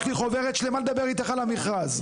יש לי חוברת שלמה לדבר איתך על המכרז.